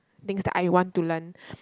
things that I want to learn